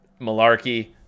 malarkey